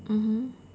mmhmm